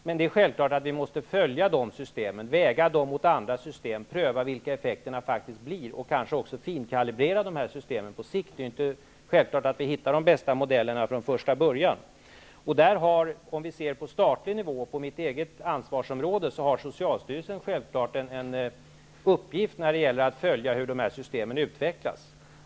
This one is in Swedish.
Men det är självklart att vi måste följa de systemen, väga dem mot andra system, pröva vilka effekterna faktiskt blir och kanske på sikt också finkalibrera dessa system -- det är ju inte självklart att vi hittar de bästa modellerna från första början. På statlig nivå, på mitt eget ansvarsområde, har socialstyrelsen självfallet en uppgift när det gäller att följa hur dessa system utvecklas.